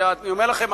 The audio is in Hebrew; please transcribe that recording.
שאני אומר לכם,